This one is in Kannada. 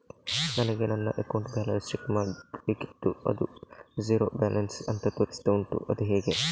ನನಗೆ ನನ್ನ ಅಕೌಂಟ್ ಬ್ಯಾಲೆನ್ಸ್ ಚೆಕ್ ಮಾಡ್ಲಿಕ್ಕಿತ್ತು ಅದು ಝೀರೋ ಬ್ಯಾಲೆನ್ಸ್ ಅಂತ ತೋರಿಸ್ತಾ ಉಂಟು ಅದು ಹೇಗೆ?